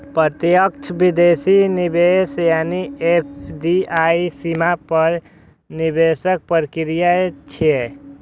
प्रत्यक्ष विदेशी निवेश यानी एफ.डी.आई सीमा पार निवेशक प्रक्रिया छियै